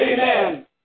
Amen